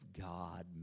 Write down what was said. God